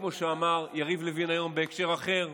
כמו שאמר יריב לוין בהקשר אחר,